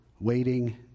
waiting